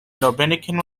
dominican